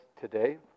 today